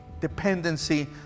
dependency